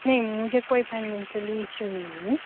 નહીં મુઝે કોઈ ફાઇનાન્સિયલી ઇસુ નહીં હૈ